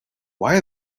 why